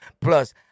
Plus